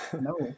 no